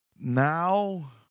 Now